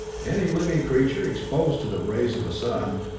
any living creature exposed to the rays of a sun,